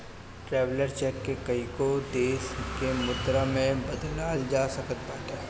traveller cheque के कईगो देस के मुद्रा में बदलल जा सकत बाटे